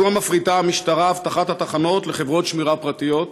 מדוע מפריטה המשטרה אבטחת התחנות לחברות שמירה פרטיות?